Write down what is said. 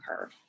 curve